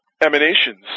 Emanations